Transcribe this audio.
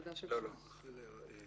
כל מילה בסלע.